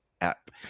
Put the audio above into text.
app